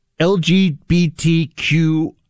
LGBTQ